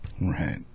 Right